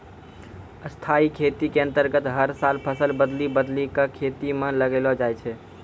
स्थाई खेती के अन्तर्गत हर साल फसल बदली बदली कॅ खेतों म लगैलो जाय छै